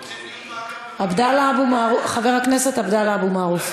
רוצים דיון, חבר הכנסת עבדאללה אבו מערוף,